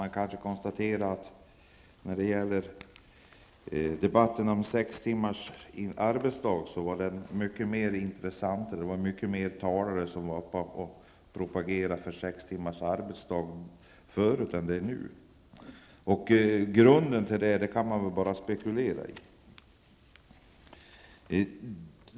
Man kan konstatera att debatten om sex timmars arbetsdag var mer intressant tidigare och det var fler som propagerade för den. Grunden till detta kan man bara spekulera om.